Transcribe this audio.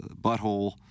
butthole